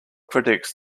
predicts